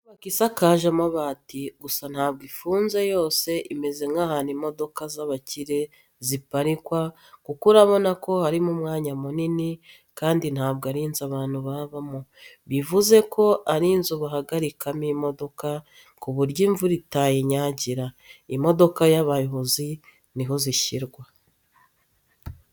Inyubako isakaje amabati, gusa ntabwo ifunze yose imeze nk'ahantu imodoka z'abakire ziparikwa kuko urabona ko harimo umwanya munini kandi ntabwo ari inzu abantu babamo, bivuze ko ari inzu bahagarikamo imodoka ku buryo imvura itayinyagira. Imodoka z'abayobozi niho zishyirwa.